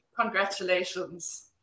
Congratulations